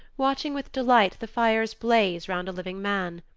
watching with delight the fires blaze round a living man.